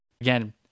again